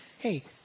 hey